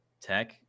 tech